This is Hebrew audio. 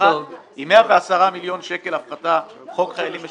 אחת, 110 מיליון שקל הפחתה חוק חיילים משוחררים.